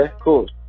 cool